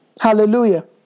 Hallelujah